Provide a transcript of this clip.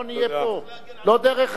צריך להגן,